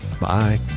Bye